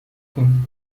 کنید